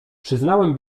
przyznałem